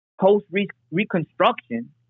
post-reconstruction